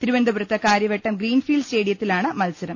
തിരു വനന്തപു രത്ത് കാര്യ വട്ടം ഗ്രീൻഫീൽഡ് സ്റ്റേഡിയത്തിലാണ് മത്സരം